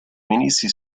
ministri